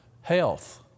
health